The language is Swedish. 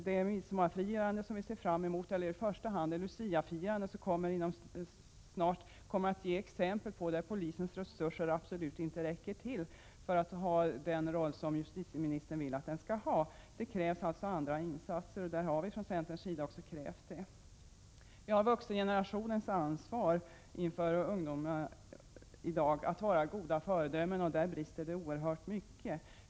Det Luciafirande som det snart är dags för kommer att ge exempel på en situation där polisens resurser absolut inte räcker till för att spela den roll som justitieministern vill att polisen skall ha; det krävs alltså andra insatser, och vi har från centerns sida också krävt det. När det gäller vuxengenerationens ansvar för att ge föredömen för ungdomarna i dag brister det oerhört mycket.